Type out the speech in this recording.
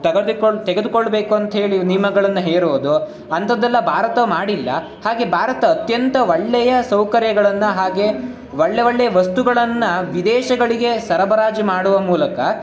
ತಗದುಕೊಳ್ ತೆಗೆದುಕೊಳ್ಳಬೇಕು ಅಂತೇಳಿ ನಿಯಮಗಳನ್ನ ಹೇರೋದು ಅಂಥದ್ದೆಲ್ಲ ಭಾರತ ಮಾಡಿಲ್ಲ ಹಾಗೇ ಭಾರತ ಅತ್ಯಂತ ಒಳ್ಳೆಯ ಸೌಕರ್ಯಗಳನ್ನು ಹಾಗೇ ಒಳ್ಳೆಯ ಒಳ್ಳೆಯ ವಸ್ತುಗಳನ್ನು ವಿದೇಶಗಳಿಗೆ ಸರಬರಾಜು ಮಾಡುವ ಮೂಲಕ